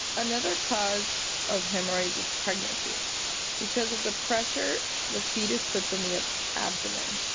another cause of hemorrhoids is pregnancy because of the pressure the fetus puts on the abdomen.